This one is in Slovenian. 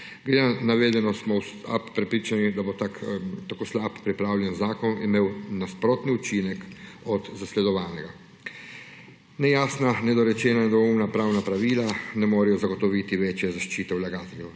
Glede na navedeno smo v SAB prepričani, da bo tako slabo pripravljen zakon imel nasprotni učinek od zasledovanega. Nejasna, nedorečena, nedvoumna pravna pravila ne morejo zagotoviti večje zaščite vlagateljev,